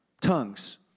tongues